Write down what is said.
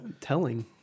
Telling